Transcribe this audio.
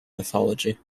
mythology